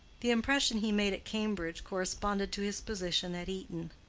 the impression he made at cambridge corresponded to his position at eton.